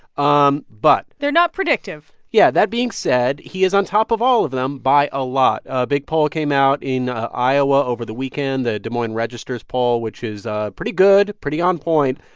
um but. they're not predictive yeah. that being said, he is on top of all of them by a lot. a big poll came out in iowa over the weekend, the des moines register's poll, which is ah pretty good, pretty on point.